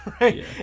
Right